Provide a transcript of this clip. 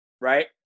Right